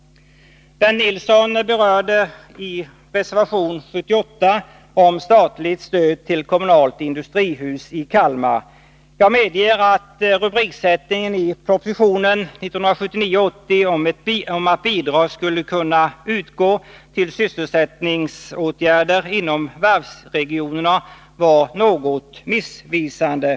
Bernt Nilsson berörde reservation 78 om statligt stöd till kommunalt industrihus i Kalmar. kommun. Jag medger att skrivningen i den ifrågavarande propositionen från riksmötet 1979/80 om att bidrag skulle kunna utgå till sysselsättningsåtgärder inom varvsregionerna är något missvisande.